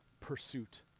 pursuit